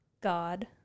God